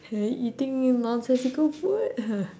and eating nonsensical food